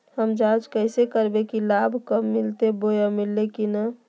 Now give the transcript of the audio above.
हम जांच कैसे करबे की लाभ कब मिलते बोया मिल्ले की न?